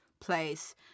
place